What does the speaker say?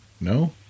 No